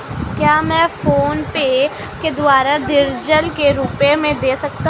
क्या मैं फोनपे के द्वारा डीज़ल के रुपए दे सकता हूं?